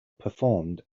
performed